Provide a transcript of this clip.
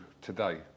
today